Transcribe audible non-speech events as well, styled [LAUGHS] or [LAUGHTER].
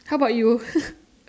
how bout you [LAUGHS]